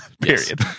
Period